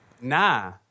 Nah